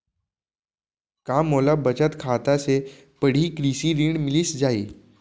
का मोला बचत खाता से पड़ही कृषि ऋण मिलिस जाही?